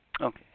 Okay